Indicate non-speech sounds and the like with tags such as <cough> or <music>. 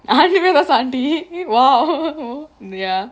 ah Nivetha: nivetha aunty !wow! <laughs> ya